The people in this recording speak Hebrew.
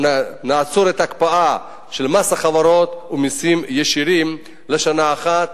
או נעצור את ההקפאה של מס החברות ומסים ישירים לשנה אחת,